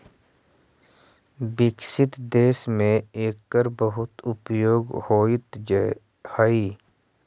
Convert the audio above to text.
विकसित देश में एकर बहुत उपयोग होइत हई